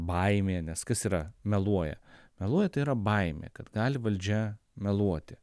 baimė nes kas yra meluoja meluoja tai yra baimė kad gali valdžia meluoti